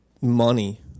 money